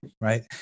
right